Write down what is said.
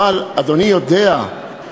אבל אדוני יודע,